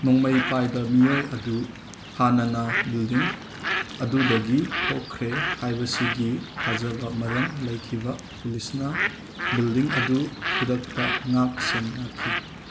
ꯅꯣꯡꯃꯩ ꯄꯥꯏꯕ ꯃꯤꯌꯣꯏ ꯑꯗꯨ ꯍꯥꯟꯅꯅ ꯕꯤꯜꯗꯤꯡ ꯑꯗꯨꯗꯒꯤ ꯊꯣꯛꯈ꯭ꯔꯦ ꯍꯥꯏꯕꯁꯤꯒꯤ ꯊꯥꯖꯕ ꯃꯔꯝ ꯂꯩꯈꯤꯕ ꯄꯨꯂꯤꯁꯅ ꯕꯤꯜꯗꯤꯡ ꯑꯗꯨ ꯈꯨꯗꯛꯇ ꯉꯥꯛꯁꯦꯟꯅꯈꯤ